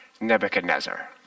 Nebuchadnezzar